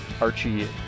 Archie